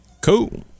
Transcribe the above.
Cool